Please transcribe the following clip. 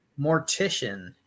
mortician